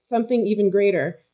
something even greater.